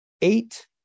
eight